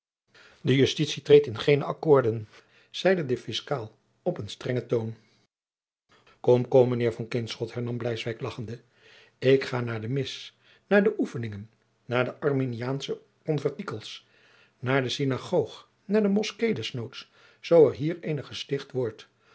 de justitie treedt in geene accoorden zeide de fiscaal op een strengen toon kom kom mijnheer van kinschot hernam bleiswyk lagchende ik ga naar de mis naar de oefeningen naar de arminiaansche conventikels naar de synagoog naar de moskee des noods zoo er hier eene gesticht wordt